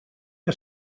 que